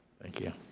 thank you.